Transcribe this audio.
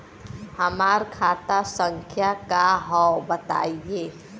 हमार खाता संख्या का हव बताई?